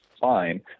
fine